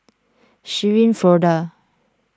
Shirin Fozdar